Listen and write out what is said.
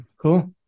Cool